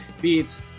Beats